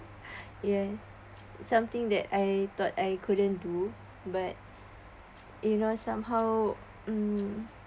yes something that I thought I couldn't do but you know somehow mm